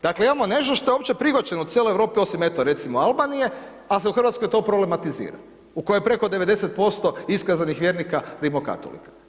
Dakle, imamo nešto što je opće prihvaćeno u cijeloj Europi osim eto recimo Albanije, al se u Hrvatskoj to problematizira u kojoj je preko 90% iskazanih vjernika rimokatolika.